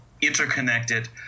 interconnected